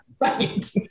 Right